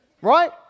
Right